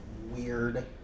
weird